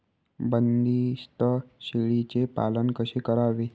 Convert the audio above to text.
बंदिस्त शेळीचे पालन कसे करावे?